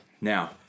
Now